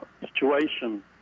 situation